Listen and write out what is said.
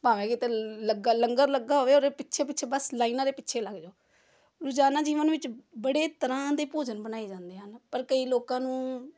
ਭਾਵੇਂ ਕਿਤੇ ਲੱਗਾ ਲੰਗਰ ਲੱਗਾ ਹੋਵੇ ਉਹਦੇ ਪਿੱਛੇ ਪਿੱਛੇ ਬਸ ਲਾਈਨਾਂ ਦੇ ਪਿੱਛੇ ਲੱਗ ਜਾਓ ਰੋਜ਼ਾਨਾ ਜੀਵਨ ਵਿੱਚ ਬੜੇ ਤਰ੍ਹਾਂ ਦੇ ਭੋਜਨ ਬਣਾਏ ਜਾਂਦੇ ਹਨ ਪਰ ਕਈ ਲੋਕਾਂ ਨੂੰ